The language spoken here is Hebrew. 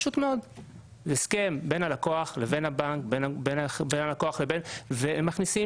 זה הסכם בין הלקוח לבין הבנק והם מכניסים